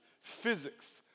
Physics